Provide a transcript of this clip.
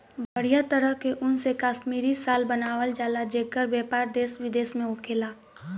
बढ़िया तरह के ऊन से कश्मीरी शाल बनावल जला जेकर व्यापार देश विदेश में होखेला